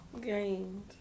gained